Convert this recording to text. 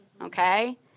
okay